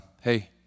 hey